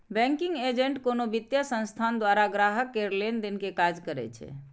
banking agent कोनो वित्तीय संस्थान द्वारा ग्राहक केर लेनदेन के काज करै छै